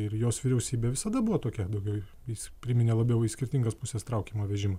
ir jos vyriausybė visada buvo tokia daugiau jis priminė labiau į skirtingas puses traukiamą vežimą